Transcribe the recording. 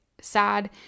sad